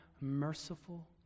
merciful